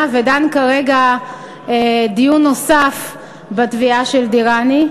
ודן כרגע דיון נוסף בתביעה של דיראני.